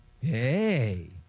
hey